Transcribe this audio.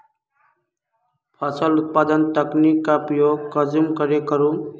फसल उत्पादन तकनीक का प्रयोग कुंसम करे करूम?